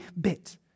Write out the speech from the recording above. bit